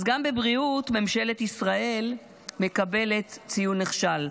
אז גם בבריאות ממשלת ישראל מקבלת ציון נכשל.